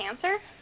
Cancer